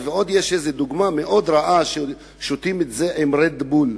הם שותים את זה עם רד-בול,